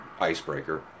icebreaker